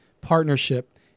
partnership